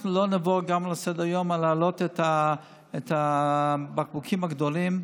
אנחנו לא נעבור גם לסדר-היום על ההעלאה בבקבוקים הגדולים,